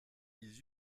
ils